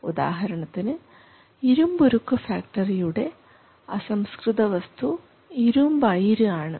ഉദാഹരണത്തിന് ഇരുമ്പുരുക്ക് ഫാക്ടറിയുടെ അസംസ്കൃതവസ്തു ഇരുമ്പയിര് ആണ്